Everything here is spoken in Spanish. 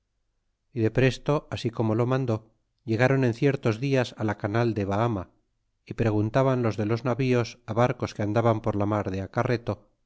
y de presto así como lo mandó ilegáron en ciertos dias la canal de heme y preguntaban los de los navíos barcos que andaban por la mar de acarreto